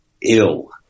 ill